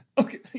Okay